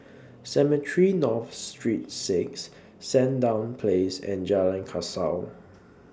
Cemetry North Sreet six Sandown Place and Jalan Kasau